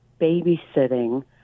babysitting